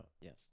yes